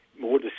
more